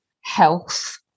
health